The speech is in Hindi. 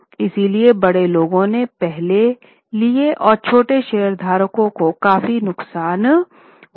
इसलिएबड़े लोगों ने पहले लिए और छोटे शेयरधारकों को काफी नुकसान हुआ